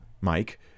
Mike